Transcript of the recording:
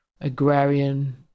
agrarian